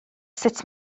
sut